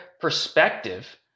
perspective